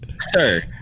sir